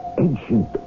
ancient